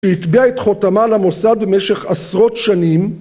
שהטביעה את חותמה למוסד במשך עשרות שנים